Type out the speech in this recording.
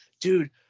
dude